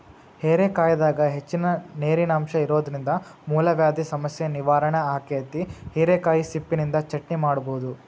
ಹೇರೆಕಾಯಾಗ ಹೆಚ್ಚಿನ ನೇರಿನಂಶ ಇರೋದ್ರಿಂದ ಮೂಲವ್ಯಾಧಿ ಸಮಸ್ಯೆ ನಿವಾರಣೆ ಆಕ್ಕೆತಿ, ಹಿರೇಕಾಯಿ ಸಿಪ್ಪಿನಿಂದ ಚಟ್ನಿ ಮಾಡಬೋದು